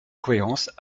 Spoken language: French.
cohérence